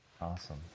Awesome